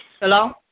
Hello